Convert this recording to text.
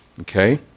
Okay